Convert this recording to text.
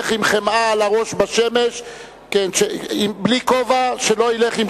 שהולך עם חמאה על הראש בשמש בלי כובע, שלא ילך עם